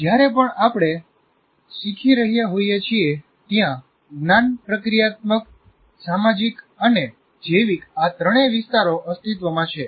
જ્યારે પણ આપણે શીખી રહ્યા હોઈએ છીએ ત્યાં જ્ઞાન પ્રક્રિયાત્મક સામાજિક અને જૈવિક આ ત્રણેય વિસ્તારો અસ્તિત્વમાં છે